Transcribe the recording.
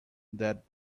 that